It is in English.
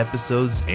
Episodes